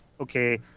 okay